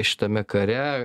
šitame kare